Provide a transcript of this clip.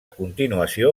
continuació